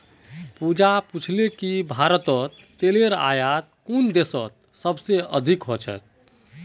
पूजा पूछले कि भारतत तेलेर आयात कुन देशत सबस अधिक ह छेक